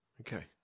okay